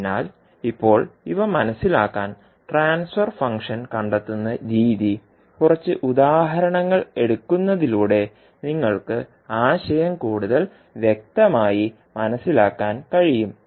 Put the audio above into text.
അതിനാൽ ഇപ്പോൾ ഇവ മനസിലാക്കാൻ ട്രാൻസ്ഫർ ഫംഗ്ഷൻ കണ്ടെത്തുന്ന രീതി കുറച്ച് ഉദാഹരണങ്ങൾ എടുക്കുന്നതിലൂടെ നിങ്ങൾക്ക് ആശയം കൂടുതൽ വ്യക്തമായി മനസ്സിലാക്കാൻ കഴിയും